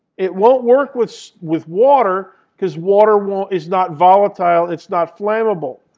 it won't work with with water because water won't is not volatile. it's not flammable.